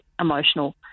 emotional